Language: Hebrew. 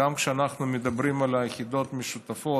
גם כשאנחנו מדברים על היחידות המשותפות,